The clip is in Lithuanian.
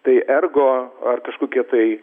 tai ergo ar kažkokie tai